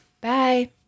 Bye